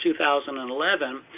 2011